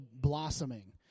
blossoming